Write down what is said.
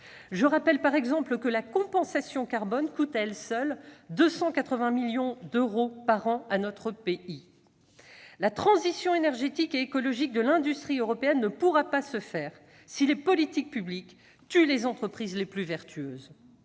Je rappelle, par exemple, que la « compensation carbone » coûte, à elle seule, 280 millions d'euros par an à notre pays. La transition énergétique et écologique de l'industrie européenne ne pourra se faire si les politiques publiques tuent les entreprises les plus vertueuses.